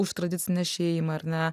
už tradicinę šeimą ar ne